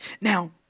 Now